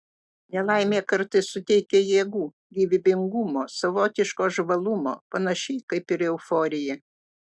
nelaimė kartais suteikia jėgų gyvybingumo savotiško žvalumo panašiai kaip ir euforija